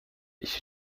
ich